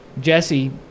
Jesse